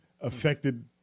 affected